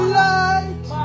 light